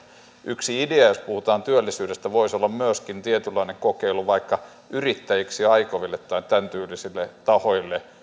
yksi idea jos puhutaan työllisyydestä voisi olla myöskin tietynlainen kokeilu vaikka yrittäjiksi aikoville tai tämäntyylisille tahoille